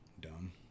dumb